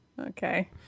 Okay